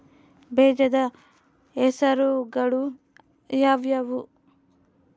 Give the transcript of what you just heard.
ಬೇಜದ ಹೆಸರುಗಳು ಯಾವ್ಯಾವು?